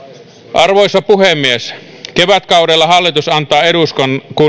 arvoisa puhemies kevätkaudella hallitus antaa eduskunnalle